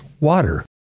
water